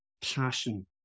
passion